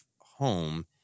home